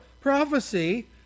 prophecy